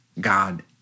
God